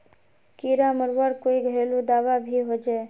कीड़ा मरवार कोई घरेलू दाबा भी होचए?